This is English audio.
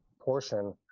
portion